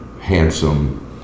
handsome